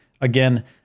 again